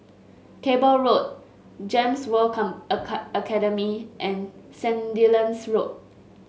Cable Road Gems World Come Academy and Sandilands Road